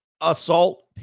assault